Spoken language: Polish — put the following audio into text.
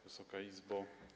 Wysoka Izbo!